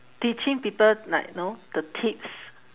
teaching people like know the tips